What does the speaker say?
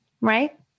right